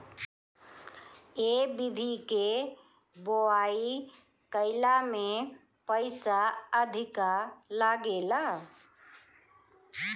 ए विधि के बोआई कईला में पईसा अधिका लागेला